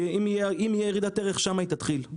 כי אם תהיה ירידת ערך, שם היא תתחיל.